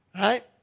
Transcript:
right